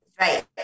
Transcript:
right